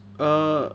err